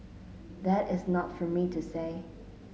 that is not for me to say